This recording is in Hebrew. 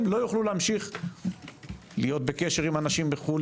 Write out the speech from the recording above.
הם לא יוכלו להמשיך להיות בקשר עם אנשים בחו"ל,